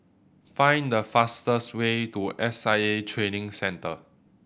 find the fastest way to S I A Training Centre